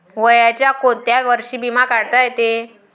वयाच्या कोंत्या वर्षी बिमा काढता येते?